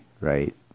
right